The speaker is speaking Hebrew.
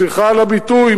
סליחה על הביטוי,